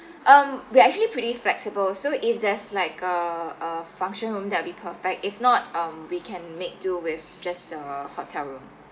um we are actually pretty flexible so if there's like a a function room that will be perfect if not um we can make do with just a hotel room